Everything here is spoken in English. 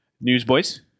Newsboys